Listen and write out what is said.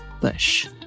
Bush